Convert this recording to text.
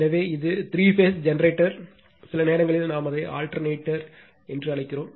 எனவே இது three phase generator சில நேரங்களில் நாம் இதை அல்டெர்னேட்டர் என்று அழைக்கிறோம்